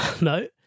No